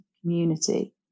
community